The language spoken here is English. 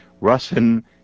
Russian